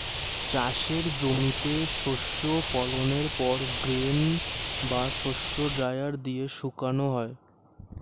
চাষের জমিতে শস্য ফলনের পর গ্রেন বা শস্য ড্রায়ার দিয়ে শুকানো হয়